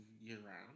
year-round